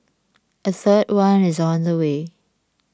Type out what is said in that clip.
a third one is on the way